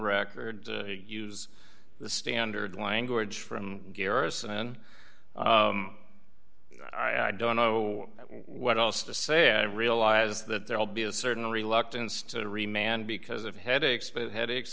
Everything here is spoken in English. record use the standard language from garrison i don't know what else to say i realize that there will be a certain reluctance to re man because of headaches but headaches